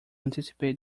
anticipate